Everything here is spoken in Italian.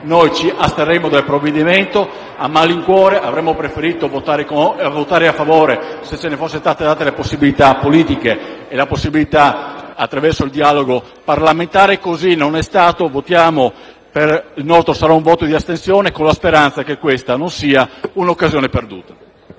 noi ci asterremo su questo provvedimento, a malincuore. Avremmo preferito votare a favore, se ci fossero state offerte possibilità politiche attraverso il dialogo parlamentare. Così non è stato, quindi il nostro sarà un voto di astensione, con la speranza che questa non sia un'occasione perduta.